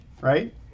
Right